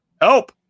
help